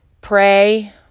Pray